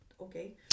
Okay